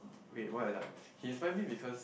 wait what if like he find me because